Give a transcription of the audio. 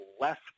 less